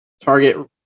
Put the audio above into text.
target